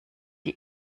die